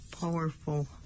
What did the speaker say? powerful